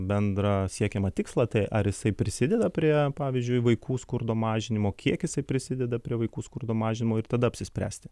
bendrą siekiamą tikslą tai ar jisai prisideda prie pavyzdžiui vaikų skurdo mažinimo kiek jisai prisideda prie vaikų skurdo mažinimo ir tada apsispręsti